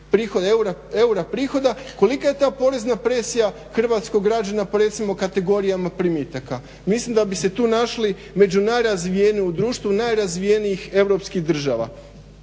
eura prihoda, kolika je ta porezna presija hrvatskog građana pa recimo … primitaka. Mislim da bi se tu našli među najrazvijenijim u društvu najrazvijenijih europskih država.